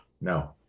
no